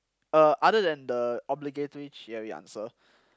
uh other than the obligatory theory answer